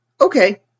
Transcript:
Okay